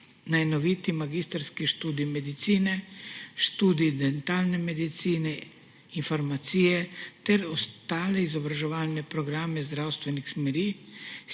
na enovit magistrski študij medicine, študij dentalne medicine, farmacije ter ostale izobraževalne programe zdravstvenih smeri